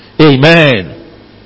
Amen